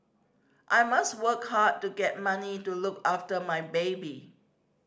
I must work hard to get money to look after my baby